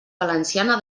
valenciana